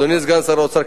אדוני סגן שר האוצר,